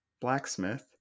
blacksmith